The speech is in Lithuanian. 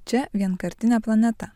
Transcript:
čia vienkartinė planeta